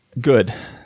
Good